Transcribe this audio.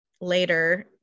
later